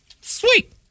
Sweet